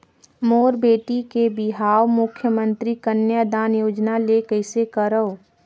मोर बेटी के बिहाव मुख्यमंतरी कन्यादान योजना ले कइसे करव?